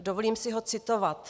Dovolím si ho citovat.